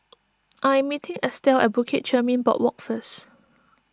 I am meeting Estelle at Bukit Chermin Boardwalk first